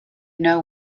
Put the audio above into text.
know